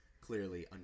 clearly